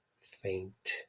faint